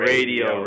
Radio